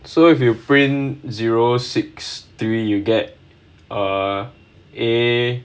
so if you bring zero six three you get a A